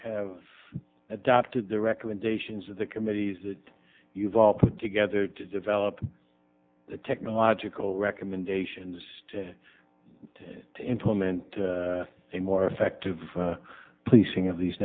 have adopted the recommendations of the committees that you've all put together to develop the technological recommendations to implement a more effective policing of these